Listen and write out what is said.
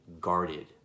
guarded